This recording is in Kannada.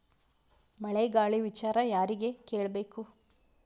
ಮಳೆ ಗಾಳಿ ವಿಚಾರ ಯಾರಿಗೆ ಕೇಳ್ ಬೇಕು?